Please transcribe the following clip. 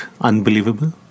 Unbelievable